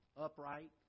upright